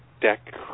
deck